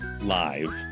Live